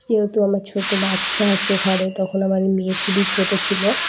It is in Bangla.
যেহেতু আমার ছোটো বাচ্চা আছে ঘরে তখন আমার মেয়ে খুবই ছোটো ছিলো